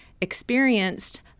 experienced